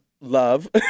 Love